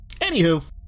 Anywho